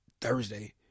Thursday